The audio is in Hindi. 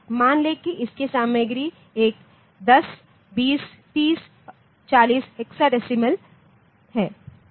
मान लें कि इसकी सामग्री एक 10 20 30 40 हेक्साडेसिमलहै